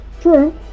True